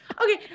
Okay